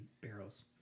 barrels